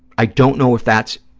i don't know if that's,